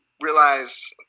realize